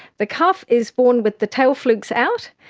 the calf is born with the tail flukes out,